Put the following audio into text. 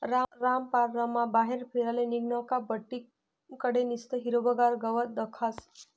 रामपाररमा बाहेर फिराले निंघनं का बठ्ठी कडे निस्तं हिरवंगार गवत दखास